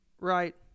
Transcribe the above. right